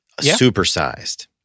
supersized